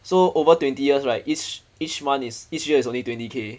so over twenty years right each each month each year is only twenty K